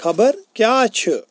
خبر کیٛاہ چھ ؟